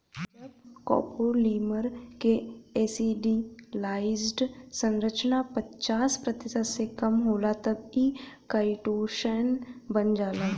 जब कॉपोलीमर क एसिटिलाइज्ड संरचना पचास प्रतिशत से कम होला तब इ काइटोसैन बन जाला